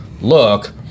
look